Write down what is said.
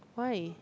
why